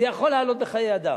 זה יכול לעלות בחיי אדם.